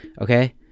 okay